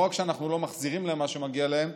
לא רק שאנחנו לא מחזירים להם את מה שמגיע להם,